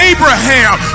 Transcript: Abraham